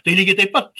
tai lygiai taip pat